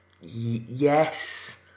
Yes